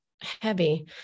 heavy